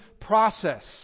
process